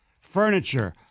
furniture